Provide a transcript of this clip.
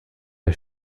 der